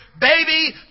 Baby